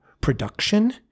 production